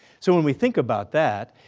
so when we think about that,